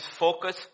focus